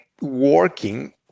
working